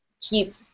keep